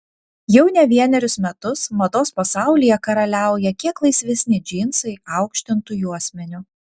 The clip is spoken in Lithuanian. jau ne vienerius metus mados pasaulyje karaliauja kiek laisvesni džinsai aukštintu juosmeniu